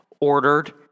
ordered